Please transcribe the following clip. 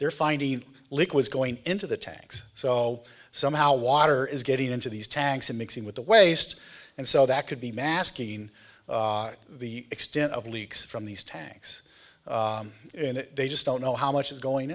they're finding liquids going into the tanks so somehow water is getting into these tanks and mixing with the waste and so that could be masking the extent of leaks from these tanks and they just don't know how much is going